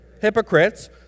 hypocrites